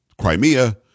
Crimea